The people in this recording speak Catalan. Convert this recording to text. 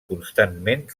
constantment